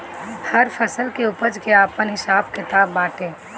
हर फसल के उपज के आपन हिसाब किताब बाटे